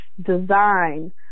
design